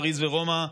פריז ורומא,